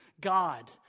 God